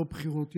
לא בחירות,